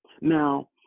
Now